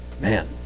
man